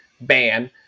ban